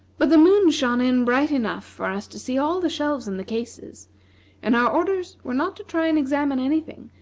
but the moon shone in bright enough for us to see all the shelves and the cases and our orders were not to try and examine any thing,